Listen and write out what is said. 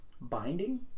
binding